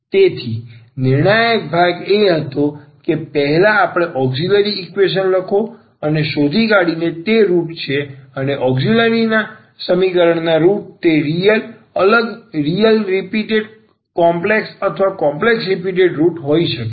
તેથી નિર્ણાયક ભાગ એ હતો કે પહેલા આપણે ઔક્ષીલરી ઈક્વેશન લખો અને શોધી કાઢીએ કે તે રુટ છે અને ઔક્ષીલરી સમિકરણ ના રુટ તે રીયલ અલગ રીયલ રીપીટેટ કોમ્પ્લેક્સ અથવા કોમ્પ્લેક્સ રીપીટેટ રુટ હોઈ શકે છે